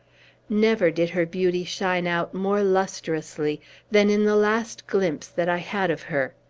never did her beauty shine out more lustrously than in the last glimpse that i had of her.